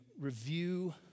review